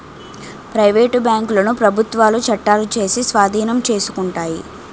private బ్యాంకులను ప్రభుత్వాలు చట్టాలు చేసి స్వాధీనం చేసుకుంటాయి